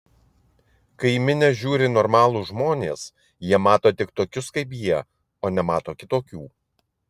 kai į minią žiūri normalūs žmonės jie mato tik tokius kaip jie o nemato kitokių